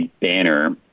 banner